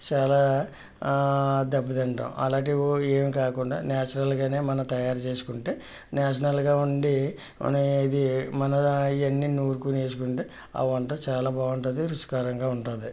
చాలా దెబ్బ తింటాం అలాంటివి ఏమి కాకుండా నేచురల్గానే మనం తయారు చేసుకుంటే నేచురల్గా ఉండి మనం ఏది మన ఇవన్నీ నూరుకుని వేసుకుంటే ఆ వంట చాలా బాగుంటుంది రుచికరంగా ఉంటుంది